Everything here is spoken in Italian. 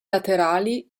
laterali